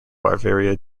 bavaria